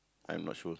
I'm not sure